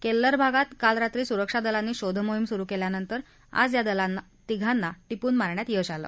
केल्लर भागात काल रात्री सुरक्षा दलांनी शोधमोहीम सुरु केल्यानंतर आज या तिघांना टिपून मारण्यात यश आलं